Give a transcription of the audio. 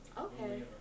Okay